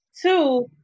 Two